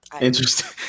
Interesting